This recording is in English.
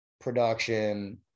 production